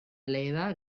leva